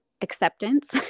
acceptance